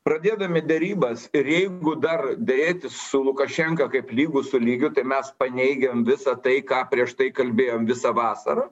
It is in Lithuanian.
pradėdami derybas ir jeigu dar derėtis su lukašenka kaip lygus su lygiu tai mes paneigiam visą tai ką prieš tai kalbėjom visą vasarą